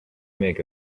make